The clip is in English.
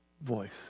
voice